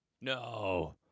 No